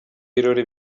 birori